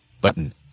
Button